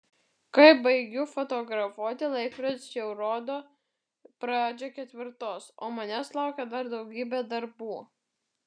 kai baigiu fotografuoti laikrodis jau rodo pradžią ketvirtos o manęs laukia dar daugybė darbų